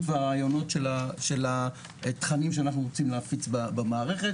והרעיונות של התכנים שאנחנו רוצים להפיץ במערכת.